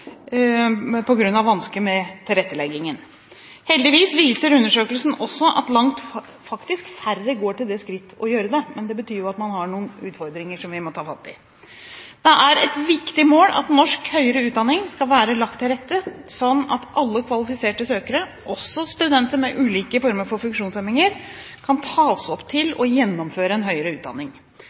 med tilretteleggingen. Heldigvis viser undersøkelsen også at langt færre faktisk går til det skritt å gjøre det, men det betyr at man har noen utfordringer vi må ta fatt i. Det er et viktig mål at norsk høyere utdanning skal være lagt til rette sånn at alle kvalifiserte søkere, også studenter med ulike former for funksjonshemminger, kan tas opp til og gjennomføre en høyre utdanning. Gjennomføring av høyere utdanning